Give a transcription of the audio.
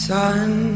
Sun